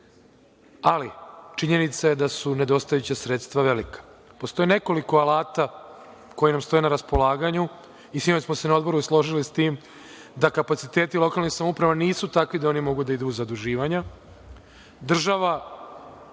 Ali, činjenica je da su nedostajuća sredstva velika. Postoji nekoliko alata koji nam stoje na raspolaganju i sinoć smo se na Odboru složili sa tim da kapaciteti lokalnih samouprava nisu takvi da mogu da idu u zaduživanja.